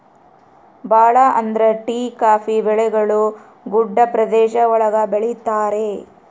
ಭಾಳ ಅಂದ್ರೆ tea coffee ಬೆಳೆಗಳು ಗುಡ್ಡ ಪ್ರದೇಶ ಒಳಗ ಬೆಳಿತರೆ